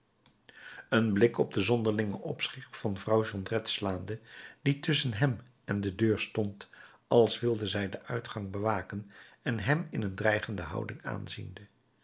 een blik op den zonderlingen opschik van vrouw jondrette slaande die tusschen hem en de deur stond als wilde zij den uitgang bewaken en hem in een dreigende houding aanziende